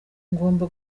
ngomba